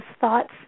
thoughts